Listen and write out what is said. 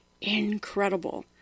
incredible